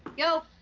yo.